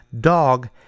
dog